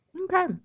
Okay